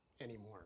anymore